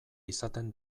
izaten